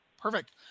Perfect